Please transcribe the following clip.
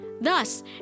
Thus